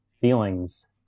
feelings